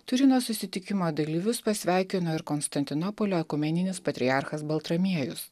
turino susitikimo dalyvius pasveikino ir konstantinopolio ekumeninis patriarchas baltramiejus